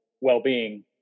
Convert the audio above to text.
well-being